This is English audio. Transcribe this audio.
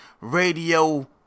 Radio